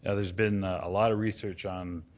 ah there's been a lot of research on